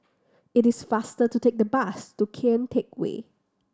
it is faster to take the bus to Kian Teck Way